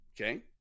Okay